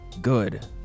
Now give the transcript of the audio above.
Good